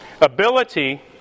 ability